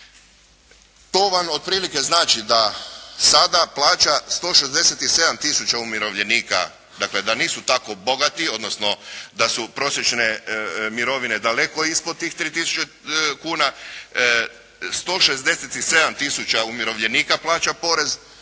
To vam otprilike znači da sada plaća 167 tisuća umirovljenika, dakle da nisu tako bogati, odnosno da su prosječne mirovine daleko ispod tih 3 tisuće kuna, 167 tisuća umirovljenika plaća porez,